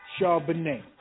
Charbonnet